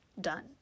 done